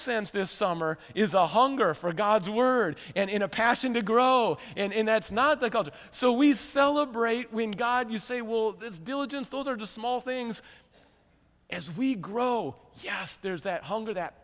sensed this summer is a hunger for god's word and in a passion to grow and that's not the god so we celebrate when god you say will is diligence those are the small things as we grow yes there's that hunger that